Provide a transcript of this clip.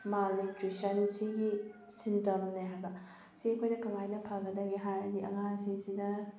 ꯃꯥꯜꯅ꯭ꯌꯨꯇ꯭ꯔꯤꯁꯟꯁꯤꯒꯤ ꯁꯤꯟꯇꯝꯅꯦ ꯍꯥꯏꯕ ꯁꯤ ꯑꯩꯈꯣꯏꯅ ꯀꯃꯥꯏꯅ ꯐꯒꯗꯒꯦ ꯍꯥꯏꯔꯗꯤ ꯑꯉꯥꯡꯁꯤꯡꯁꯤꯗ